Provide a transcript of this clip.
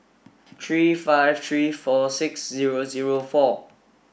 three five three four six zero zero four